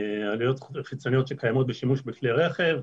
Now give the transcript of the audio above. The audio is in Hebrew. עלויות חיצוניות שקיימות בשימוש בכלי רכב,